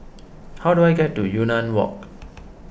how do I get to Yunnan Walk